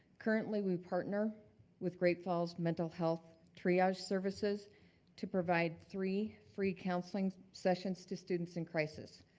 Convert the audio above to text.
currently we partner with great falls mental health triage services to provide three free counseling sessions to students in crisis.